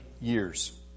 years